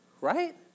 right